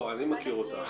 אני מכיר אותה.